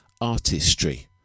Artistry